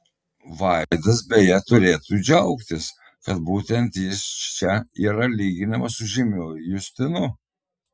vaidas beje turėtų džiaugtis kad būtent jis čia yra lyginamas su žymiuoju justinu